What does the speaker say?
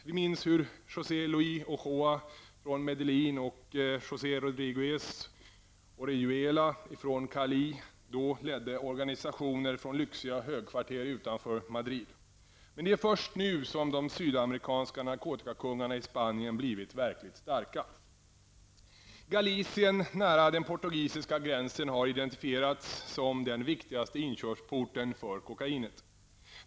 Vi minns hur José Luis Ochoa från Medellin och José Rodriguez Orejuela från Cali då ledde sina organisationer från lyxiga högkvarter utanför Madrid. Men det är först nu som de sydamerikanska narkotikakungarna i Spanien blivit verkligt starka. Galicien nära den portugisiska gränsen har identifierats som den viktigaste inkörsporten för kokainet.